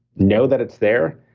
know that it's there,